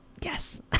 yes